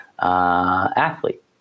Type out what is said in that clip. athlete